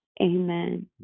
amen